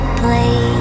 play